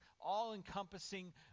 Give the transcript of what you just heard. all-encompassing